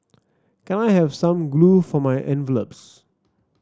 can I have some glue for my envelopes